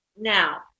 Now